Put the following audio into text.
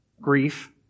grief